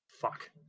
Fuck